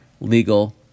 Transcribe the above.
legal